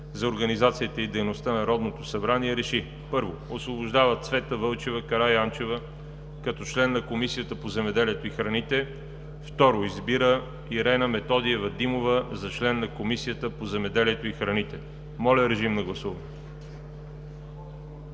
за организацията и дейността на Народното събрание РЕШИ: 1. Освобождава Цвета Вълчева Караянчева като член на Комисията по земеделието и храните. 2. Избира Ирена Методиева Димова за член на Комисията по земеделието и храните.“ Моля да гласуваме.